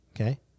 Okay